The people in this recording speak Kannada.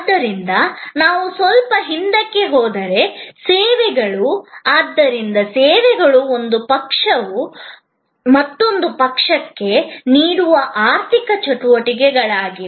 ಆದ್ದರಿಂದ ನಾವು ಸ್ವಲ್ಪ ಹಿಂದಕ್ಕೆ ಹೋದರೆ ಸೇವೆಗಳು ಆದ್ದರಿಂದ ಸೇವೆಗಳು ಒಂದು ಪಕ್ಷವು ಮತ್ತೊಂದು ಪಕ್ಷಕ್ಕೆ ನೀಡುವ ಆರ್ಥಿಕ ಚಟುವಟಿಕೆಗಳಾಗಿವೆ